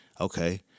Okay